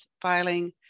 filing